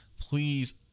Please